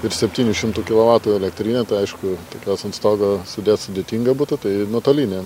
ir septynių šimtų kilovatų elektrinė tai aišku tokios ant stogo sudėt sudėtinga būtų tai nuotolinę